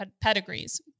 pedigrees